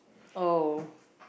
oh